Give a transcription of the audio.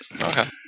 Okay